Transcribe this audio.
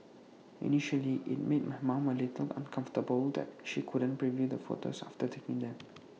initially IT made my mom A little uncomfortable that she couldn't preview the photos after taking them